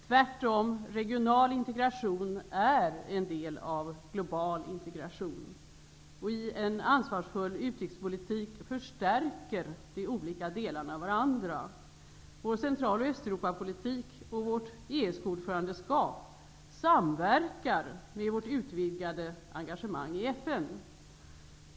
Tvärtom är regional integration en del av global integration. I en ansvarsfull utrikespolitik förstärker de olika delarna varandra. ordförandeskap samverkar med vårt utvidgade engagemang i FN.